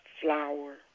flower